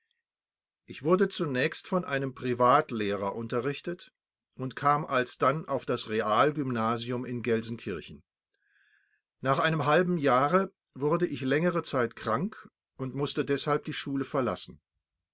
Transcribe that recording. ich wurde zunächst von einem privatlehrer unterrichtet und kam alsdann auf das realgymnasium in gelsenkirchen nach einem halben jahre wurde ich längere zeit krank und mußte deshalb die schule verlassen